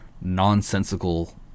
nonsensical